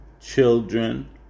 children